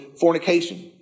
fornication